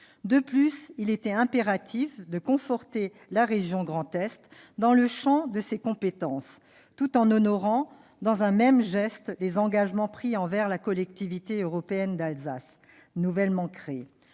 Ensuite, il était impératif de conforter la région Grand Est dans le champ de ses compétences, tout en honorant, dans un même geste, les engagements pris envers la Collectivité européenne d'Alsace nouvellement créée.